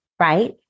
right